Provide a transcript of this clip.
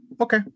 okay